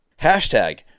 hashtag